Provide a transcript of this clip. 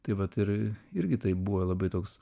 tai vat ir irgi tai buvo labai toks